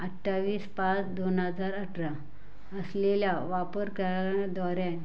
अठ्ठावीस पाच दोन हजार अठरा असलेल्या वापर कराद्वारे